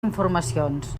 informacions